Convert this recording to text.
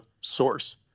source